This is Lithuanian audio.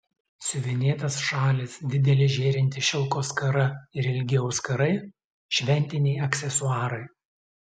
siuvinėtas šalis didelė žėrinti šilko skara ir ilgi auskarai šventiniai aksesuarai